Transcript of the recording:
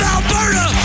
Alberta